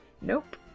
Nope